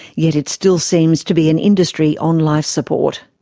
yet it still seems to be an industry on life support.